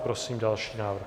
Prosím další návrh.